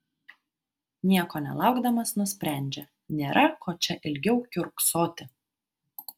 nieko nelaukdamas nusprendžia nėra ko čia ilgiau kiurksoti